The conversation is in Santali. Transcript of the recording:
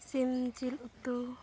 ᱥᱤᱢ ᱡᱤᱞ ᱩᱛᱩ